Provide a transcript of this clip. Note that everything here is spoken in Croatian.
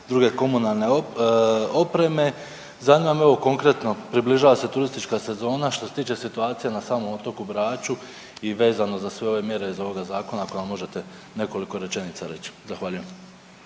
druge komunalne opreme. Zanima me evo konkretno, približava se turistička sezona što se tiče situacija na samom otoku Braču i vezano za sve ove mjere iz ovoga zakona ako nam možete nekoliko rečenica reć. Zahvaljujem.